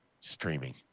streaming